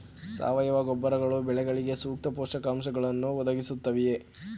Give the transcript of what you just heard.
ಸಾವಯವ ಗೊಬ್ಬರಗಳು ಬೆಳೆಗಳಿಗೆ ಸೂಕ್ತ ಪೋಷಕಾಂಶಗಳನ್ನು ಒದಗಿಸುತ್ತವೆಯೇ?